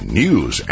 news